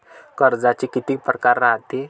कर्जाचे कितीक परकार रायते?